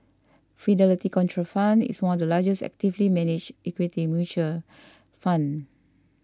Fidelity Contrafund is one of the largest actively managed equity mutual fund